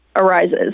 arises